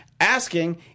asking